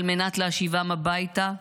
על מנת להשיבם הביתה.